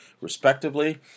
respectively